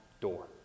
door